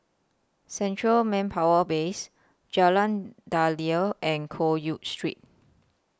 Central Manpower Base Jalan Daliah and Loke Yew Street